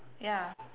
ya